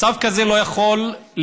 מצב כזה לא יכול להימשך.